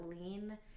lean